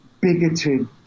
bigoted